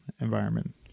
environment